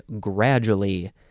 gradually